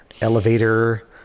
elevator